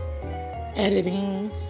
editing